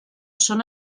són